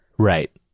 Right